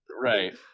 Right